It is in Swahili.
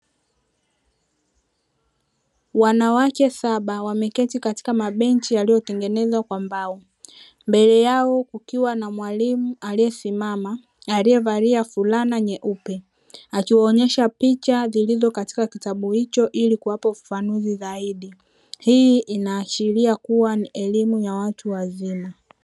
Wanawake saba wameketi katika mabenchi yaliyotengenezwa kwa mbao, mbele yao kukiwa na mwalimu aliyesimama aliyevalia fulana nyeupe, akiwaonyesha picha zilizo katika kitabu hicho ili kuwapa ufafanuzi zaidi. Hii inaashiria kuwa ni elimu ya watu wazima.